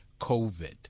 COVID